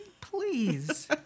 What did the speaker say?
please